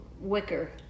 wicker